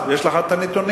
אז יש לך הנתונים.